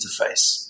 interface